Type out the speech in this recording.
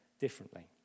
differently